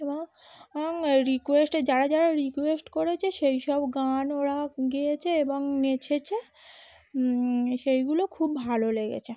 এবং এবং রিকোয়েস্টে যারা যারা রিকোয়েস্ট করেছে সেই সব গান ওরা গেয়েছে এবং নেচেছে সেইগুলো খুব ভালো লেগেছে